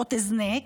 חברות הזנק,